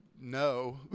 no